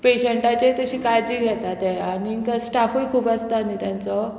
पेशंटाचे तशी काळजी घेता ते आनीक स्टाफूय खूब आसता न्ही तेंचो